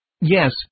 Yes